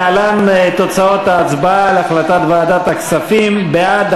להלן תוצאות ההצבעה על החלטת ועדת הכספים: בעד,